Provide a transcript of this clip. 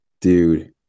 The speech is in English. dude